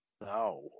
No